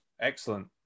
excellent